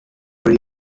pre